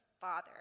Father